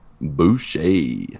Boucher